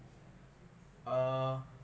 uh